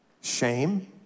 shame